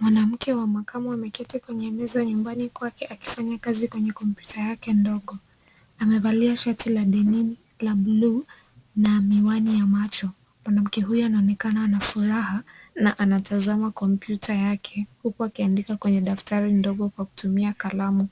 Mwanamke wa makamu ameketi kwenye meza nyumbani kwake akifanya kazi kwenye kompyuta yake ndogo. Amevalia shati la denim la buluu na miwani ya macho. Mwanamke huyu anaonekana na furaha na anatazama kompyuta yake huku akiandika kwenye daftari ndogo kwa kutumia kalamu.